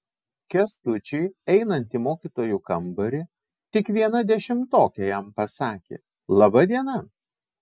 kęstučiui einant į mokytojų kambarį tik viena dešimtokė jam pasakė laba diena